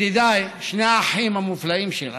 ידידיי, שני האחים המופלאים שלנו,